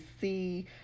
see